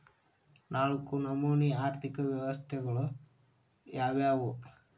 ನಾಲ್ಕು ನಮನಿ ಆರ್ಥಿಕ ವ್ಯವಸ್ಥೆಗಳು ಯಾವ್ಯಾವು?